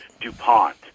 DuPont